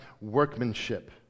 workmanship